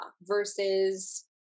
versus